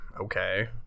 Okay